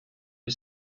you